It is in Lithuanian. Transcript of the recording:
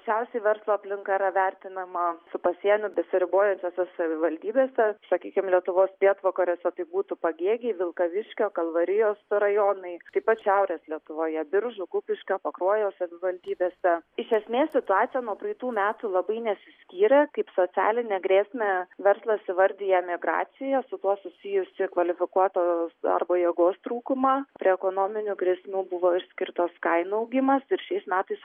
čiausiai verslo aplinka yra vertinama su pasieniu besiribojančiose savivaldybėse sakykim lietuvos pietvakariuose tai būtų pagėgiai vilkaviškio kalvarijos rajonai taip pat šiaurės lietuvoje biržų kupiškio pakruojo savivaldybėse iš esmės situacija nuo praeitų metų labai nesiskyrė kaip socialinę grėsmę verslas įvardija emigraciją su tuo susijusį kvalifikuotos darbo jėgos trūkumą prie ekonominių grėsmių buvo išskirtos kainų augimas ir šiais metais